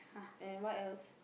and what else